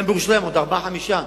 וגם בירושלים עוד ארבעה-חמישה.